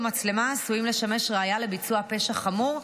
מצלמה העשויים לשמש ראיה לביצוע פשע חמור,